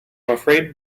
afraid